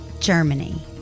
Germany